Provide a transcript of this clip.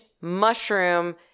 mushroom